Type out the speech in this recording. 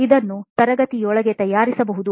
ಇದನ್ನು ತರಗತಿಯೊಳಗೆ ತಯಾರಿಸಬಹುದು